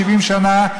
70 שנה,